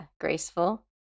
graceful